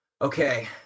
Okay